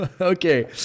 Okay